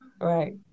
right